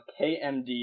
KMD